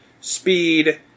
speed